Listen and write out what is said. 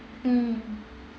mm